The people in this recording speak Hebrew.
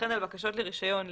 וכן על בקשות לרישיון,